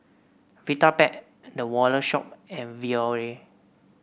Vitapet The Wallet Shop and Biore